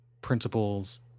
principles